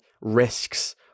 risks